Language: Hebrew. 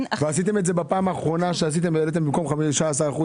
כבר עשיתם את זה בפעם האחרונה שהעליתם רק ב-8.9%